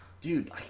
Dude